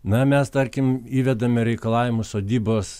na mes tarkim įvedame reikalavimą sodybos